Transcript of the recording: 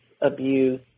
abuse